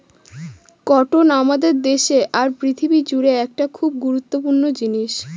cotton আমাদের দেশে আর পৃথিবী জুড়ে একটি খুব গুরুত্বপূর্ণ জিনিস